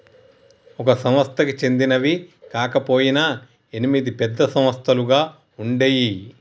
ఒక సంస్థకి చెందినవి కాకపొయినా ఎనిమిది పెద్ద సంస్థలుగా ఉండేయ్యి